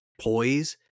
poise